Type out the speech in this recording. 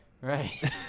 Right